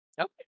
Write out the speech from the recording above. Okay